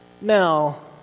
Now